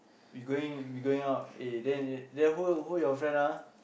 we going we going out eh then then who who your friend ah